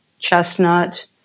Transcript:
chestnut